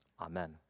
amen